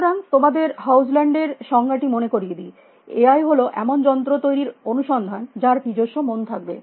সুতরাং তোমাদের হগেল্যান্ড এর সংজ্ঞাটি মনে করিয়ে দি এআই হল এমন যন্ত্র তৈরীর অনুসন্ধান যার নিজস্ব মন থাকবে